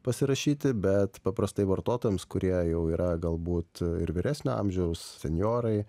pasirašyti bet paprastai vartotojams kurie jau yra galbūt ir vyresnio amžiaus senjorai